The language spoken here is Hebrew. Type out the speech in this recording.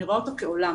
אני רואה אותו כעולם.